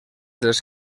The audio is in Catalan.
dels